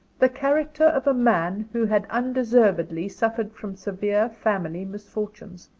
the character of a man who had undeservedly suffered from severe family misfortunes,